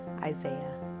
Isaiah